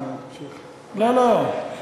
לא לא.